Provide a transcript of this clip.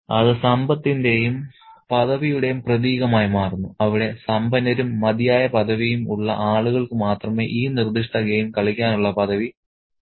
അത് സമ്പത്തിന്റെയും പദവിയുടെയും പ്രതീകമായി മാറുന്നു അവിടെ സമ്പന്നരും മതിയായ പദവിയും ഉള്ള ആളുകൾക്ക് മാത്രമേ ഈ നിർദ്ദിഷ്ട ഗെയിം കളിക്കാനുള്ള പദവി ആസ്വദിക്കാൻ കഴിയൂ